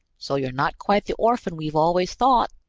so you're not quite the orphan we've always thought!